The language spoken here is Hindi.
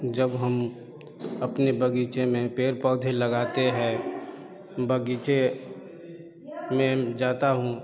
जब हम अपने बगीचे में पेड़ पौधे लगाते है बगीचे में जाता हूँ